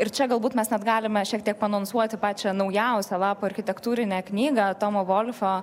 ir čia galbūt mes net galime šiek tiek paanonsuoti pačią naujausią lapų architektūrinę knygą tomo volfo